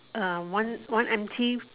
uh one one empty